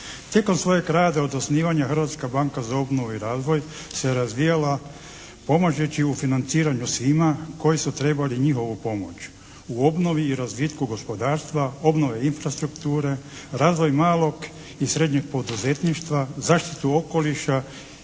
Tijekom svojeg od osnivanja Hrvatska banka za obnovu i razvoj se razvijala pomažući u financiranju svima koji su trebali njihovu pomoć u obnovu i razvitku gospodarstva, obnovi infrastrukture, razvoj malog i srednjeg poduzetništva, zaštitu okoliša